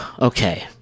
Okay